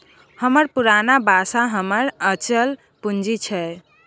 हमर पुरना बासा हमर अचल पूंजी छै